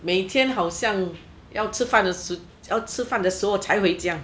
每天好像要吃饭的时要吃饭的时候才会这样